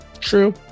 true